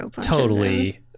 totally-